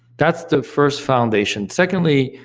that's the first foundation. secondly,